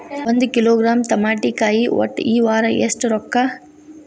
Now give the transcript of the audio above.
ಒಂದ್ ಕಿಲೋಗ್ರಾಂ ತಮಾಟಿಕಾಯಿ ಒಟ್ಟ ಈ ವಾರ ಎಷ್ಟ ರೊಕ್ಕಾ?